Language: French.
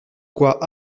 quoi